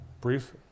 brief